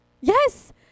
Yes